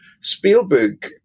Spielberg